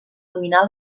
dominar